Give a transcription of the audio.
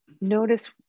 Notice